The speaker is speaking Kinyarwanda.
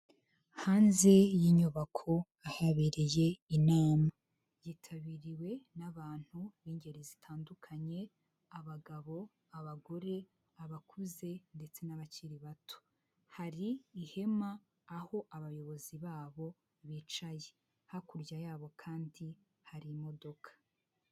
Hanze y'inyubako habereye inama yitabiriwe n'abantu b'ingeri zitandukanye abagabo, abagore, abakuze ndetse n'abakiri bato. Hari ihema aho abayobozi babo bicaye, hakurya yabo kandi hari imodoka.